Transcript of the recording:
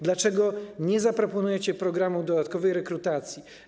Dlaczego nie zaproponujecie programu dodatkowej rekrutacji?